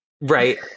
right